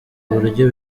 buryo